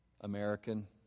American